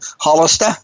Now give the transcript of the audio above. Hollister